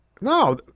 No